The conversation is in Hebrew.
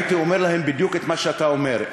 הייתי אומר להם בדיוק את מה שאתה אומר: